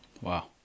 Wow